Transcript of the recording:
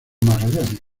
magallanes